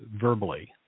verbally